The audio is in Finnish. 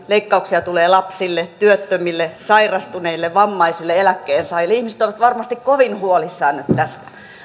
leikkauksia tulee lapsille työttömille sairastuneille vammaisille ja eläkkeensaajille ihmiset ovat varmasti kovin huolissaan nyt tästä